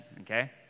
okay